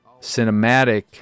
cinematic